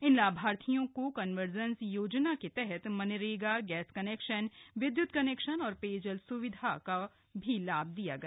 इन लाभार्थियों को कनवर्जन्स योजना के तहत मनरेगा गैस कनेक्शन विद्युत कनेक्शन और पेयजल स्विधा का भी लाभ दिया गया